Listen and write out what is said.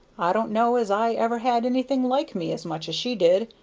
i don' know as i ever had anything like me as much as she did.